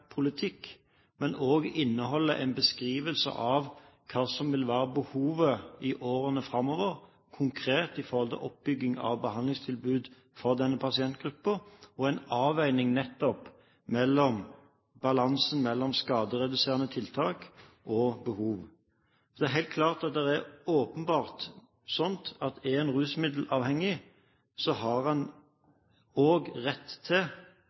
politikk, men også en beskrivelse av hva som vil være behovet i årene framover, konkret i forhold til oppbygging av behandlingstilbud for denne pasientgruppen, og en avveining av det – nettopp balansen mellom skadereduserende tiltak og behov. Det er helt åpenbart at en rusmiddelavhengig også har rett til helsetjenester, en har rett til bolig, en har rett til